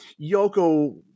Yoko